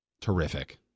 Terrific